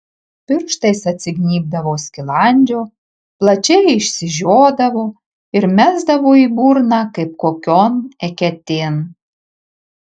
pirštais atsignybdavo skilandžio plačiai išsižiodavo ir mesdavo į burną kaip kokion eketėn